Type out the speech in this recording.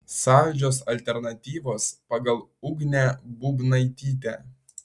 saldžios alternatyvos pagal ugnę būbnaitytę